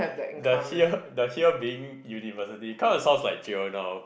the here the here being university kind of sounds like jail now